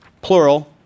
plural